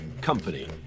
company